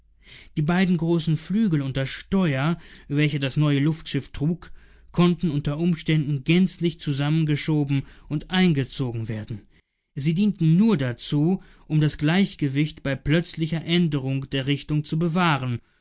die beiden großen flügel und das steuer welche das neue luftschiff trug konnten unter umständen gänzlich zusammengeschoben und eingezogen werden sie dienten nur dazu um das gleichgewicht bei plötzlicher änderung der richtung zu bewahren